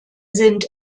sind